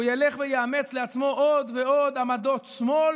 הוא ילך ויאמץ לעצמו עוד ועוד עמדות שמאל,